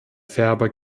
ferber